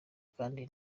kandi